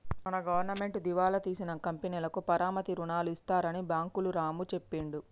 మన గవర్నమెంటు దివాలా తీసిన కంపెనీలకు పరపతి రుణాలు ఇస్తారని బ్యాంకులు రాము చెప్పిండు